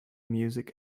music